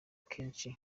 kenshi